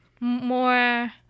more